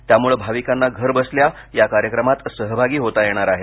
त्यामुळे भाविकांना घरबसल्या या कार्यक्रमात सहभागी होता येणार आहे